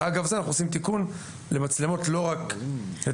ואגב זה אנחנו עושים תיקון למצלמות לא רק לתחבורה,